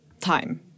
time